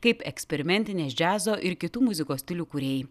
kaip eksperimentinės džiazo ir kitų muzikos stilių kūrėjai